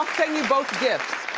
you both gifts.